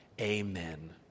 Amen